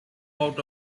out